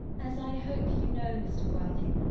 as i hope you know, mr. worthing,